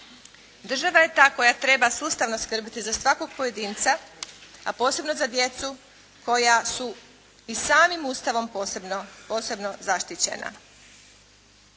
Država je ta koja treba sustavno skrbiti za svakog pojedinca, a posebno za djecu koja su i samim Ustavom posebno zaštićena.